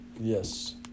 Yes